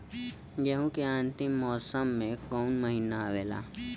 गेहूँ के अंतिम मौसम में कऊन महिना आवेला?